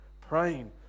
Praying